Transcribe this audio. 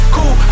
Cool